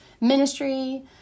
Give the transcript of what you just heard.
ministry